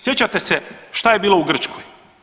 Sjećate se šta je bilo u Grčkoj?